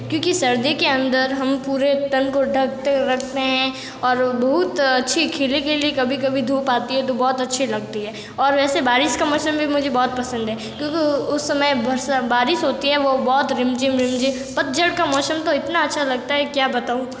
क्योंकि सर्दी के अंदर हम पूरे तन को ढकते रखते हैं और बहुत अच्छी खिली खिली कभी कभी धूप आती है तो बहुत अच्छी लगती है और वैसे बारिश का मौसम भी मुझे बहुत पसंद है क्योंकि उस समय बरसा बारिश होती है वह बहुत रिमझिम रिमझिम पतझड़ का मौसम तो इतना अच्छा लगता है क्या बताऊँ